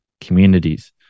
communities